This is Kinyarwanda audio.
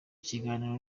kiganiro